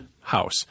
house